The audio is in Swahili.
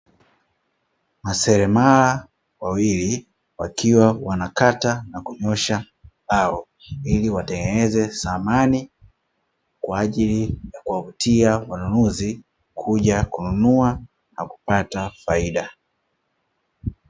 Maseremala wawili wakiwa wanakata na kunyoosha mbao, ili watengeneze samani kwa ajili ya kuwavutia wanunuzi kuja kununua na kupata faida.